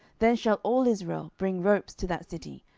then shall all israel bring ropes to that city,